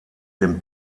dem